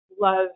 love